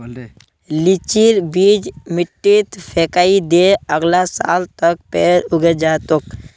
लीचीर बीज मिट्टीत फेकइ दे, अगला साल तक पेड़ उगे जा तोक